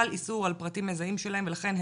חל איסור על פרטים מזהים שלהם ולכן,